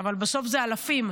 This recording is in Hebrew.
אבל בסוף אלו אלפים.